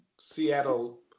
Seattle